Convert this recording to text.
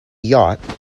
yacht